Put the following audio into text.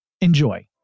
Enjoy